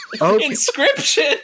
Inscription